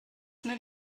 nenne